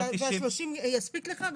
ה-30 יספיקו לך?